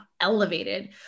elevated